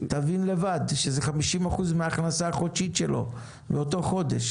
תבין לבד שזה 50 אחוזים מההכנסה החודשית שלו באותו חודש.